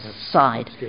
side